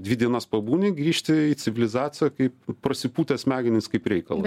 dvi dienas pabūni grįžti į civilizaciją kaip prasipūtęs smegens kaip reikalas